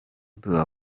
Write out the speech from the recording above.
była